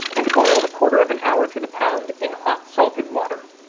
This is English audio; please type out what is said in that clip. and boil a quarter of an hour to the pound in hot, salted water.